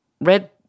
red